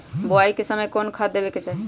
बोआई के समय कौन खाद देवे के चाही?